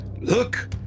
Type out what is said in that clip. Look